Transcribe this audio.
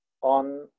on